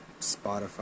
Spotify